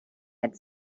had